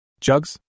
Jugs